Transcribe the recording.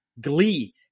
Glee